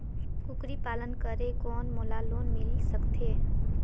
कूकरी पालन करे कौन मोला लोन मिल सकथे?